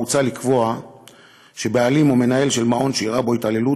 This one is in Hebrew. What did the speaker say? שבה הוצע לקבוע שבעלים או מנהל של מעון שאירעה בו התעללות,